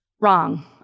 wrong